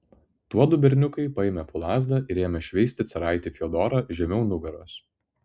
tuodu berniukai paėmė po lazdą ir ėmė šveisti caraitį fiodorą žemiau nugaros